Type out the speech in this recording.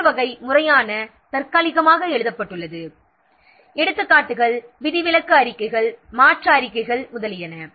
மற்றொரு வகை தற்காலிகமாக முறையாக எழுதப்பட்டுள்ளது எடுத்துக்காட்டுகள் விதிவிலக்கு அறிக்கைகள் மாற்ற அறிக்கைகள் முதலியன